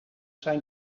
zijn